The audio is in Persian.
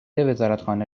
وزارتخانه